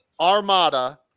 Armada